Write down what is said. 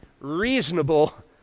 reasonable